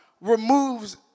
removes